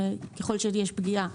ככל שיש פגיעה.